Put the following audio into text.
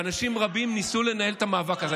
ואנשים רבים ניסו לנהל את המאבק הזה.